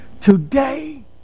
today